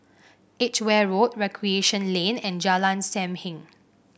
Edgeware Road Recreation Lane and Jalan Sam Heng